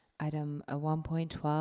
item ah one point one